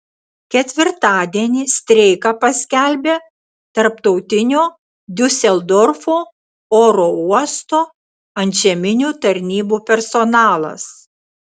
ketvirtadienį streiką paskelbė tarptautinio diuseldorfo oro uosto antžeminių tarnybų personalas